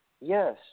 Yes